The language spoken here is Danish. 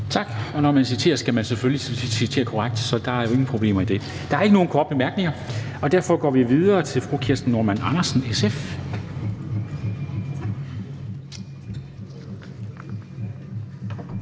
Tak. Når man citerer, skal man selvfølgelig citere korrekt, så der er jo ingen problemer i det. Der er ikke nogen korte bemærkninger. Derfor går vi videre til fru Kirsten Normann Andersen, SF.